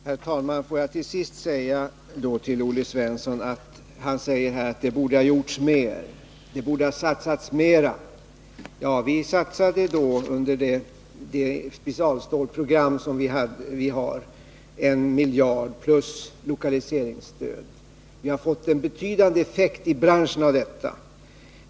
Herr talman! Får jag till sist säga till Olle Svensson, som säger att det borde ha gjorts mer, borde ha satsats mer, att vi — i enlighet med det specialstålsprogram som vi har — har satsat en miljard plus lokaliseringsstöd. Vi har fått en betydande effekt av detta i branschen.